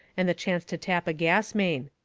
and the chance to tap a gas main.